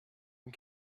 and